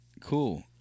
Cool